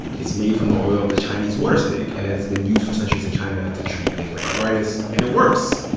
it's made from the oil of the chinese water snake and has been used for centuries in china to treat things like arthritis. and it works.